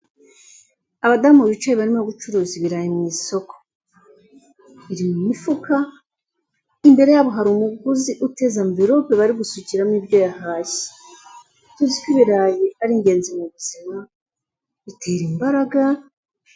Abadamu bicaye barimo gucuruza ibirayi mu isoko, biri mu mufuka, imbere yabo hari umuguzi uteze amvirope bari gusukiramo ibyo yahashye tuzi ko ibirayo ari ingenzi mu buzima bitera imbaraga.